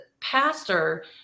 pastor